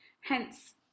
Hence